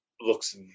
looks